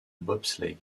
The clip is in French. bobsleigh